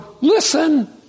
listen